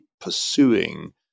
pursuing